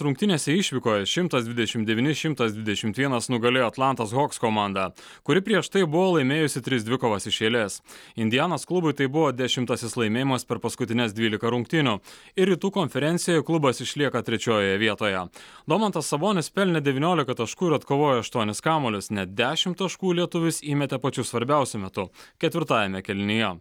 rungtynėse išvykoje šimtas dvidešim devyni šimtas dvidešimt vienas nugalėjo atlantos hoks komandą kuri prieš tai buvo laimėjusi tris dvikovas iš eilės indianos klubui tai buvo dešimtasis laimėjimas per paskutines dvylika rungtynių ir rytų konferencijoje klubas išlieka trečiojoje vietoje domantas sabonis pelnė devyniolika taškų ir atkovojo aštuonis kamuolius net dešim taškų lietuvis įmetė pačiu svarbiausiu metu ketvirtajame kėlinyje